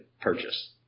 purchase